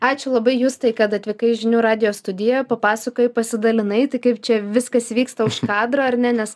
ačiū labai justai kad atvykai į žinių radijo studiją papasakojai pasidalinai tai kaip čia viskas vyksta už kadro ar ne nes